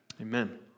Amen